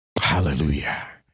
hallelujah